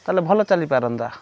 ତା'ହେଲେ ଭଲ ଚାଲିପାରନ୍ତା